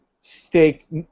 staked